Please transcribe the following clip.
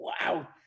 wow